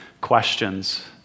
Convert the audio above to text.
questions